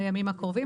בימים הקרובים.